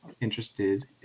interested